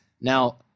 Now